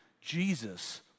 Jesus